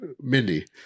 Mindy